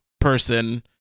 person